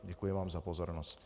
Děkuji vám za pozornost.